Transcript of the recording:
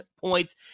points